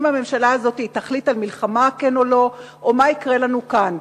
הממשלה תחליט על מלחמה או לא או מה יקרה לנו כאן.